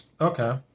Okay